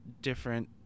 different